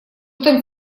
там